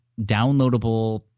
downloadable